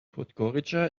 podgorica